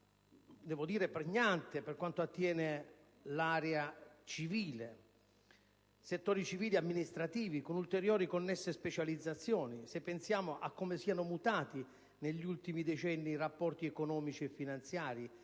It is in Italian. devo dire pregnante, per quanto attiene i settori civile ed amministrativo, con le ulteriori e connesse specializzazioni, se si pensa a come siano mutati negli ultimi decenni i rapporti economici e finanziari,